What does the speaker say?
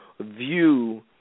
view